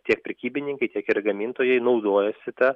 tiek prekybininkai tiek ir gamintojai naudojasi ta